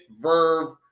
verve